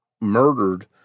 murdered